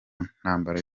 ntambara